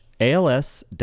ALS